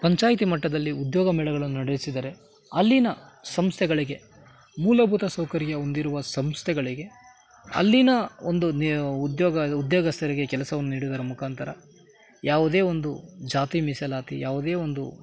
ಪಂಚಾಯತಿ ಮಟ್ಟದಲ್ಲಿ ಉದ್ಯೋಗ ಮೇಳಗಳನ್ನ ನಡೆಸಿದರೆ ಅಲ್ಲಿನ ಸಂಸ್ಥೆಗಳಿಗೆ ಮೂಲಭೂತ ಸೌಕರ್ಯ ಹೊಂದಿರುವ ಸಂಸ್ಥೆಗಳಿಗೆ ಅಲ್ಲಿನ ಒಂದು ನಿ ಉದ್ಯೋಗ ಉದ್ಯೋಗಸ್ಥರಿಗೆ ಕೆಲಸವನ್ನು ನೀಡೋದರ ಮುಖಾಂತರ ಯಾವುದೇ ಒಂದು ಜಾತಿ ಮೀಸಲಾತಿ ಯಾವುದೇ ಒಂದು